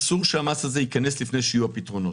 אסור שהמס הזה ייכנס לפני שיהיו פתרונות,